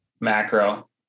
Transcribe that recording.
macro